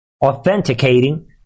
authenticating